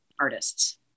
artists